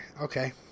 Okay